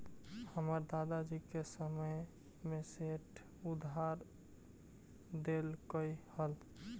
हमर दादा जी के समय में सेठ उधार देलकइ हल